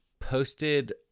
posted